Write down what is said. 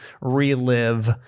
relive